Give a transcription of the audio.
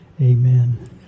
Amen